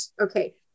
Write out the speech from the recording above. okay